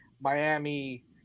Miami